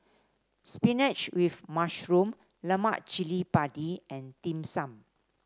spinach with mushroom Lemak Cili Padi and Dim Sum